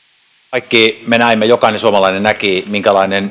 kaikki me näimme jokainen suomalainen näki minkälainen